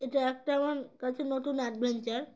এটা একটা আমার কাছে নতুন অ্যাডভেঞ্চার